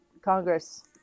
Congress